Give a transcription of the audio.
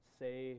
say